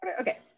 Okay